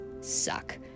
suck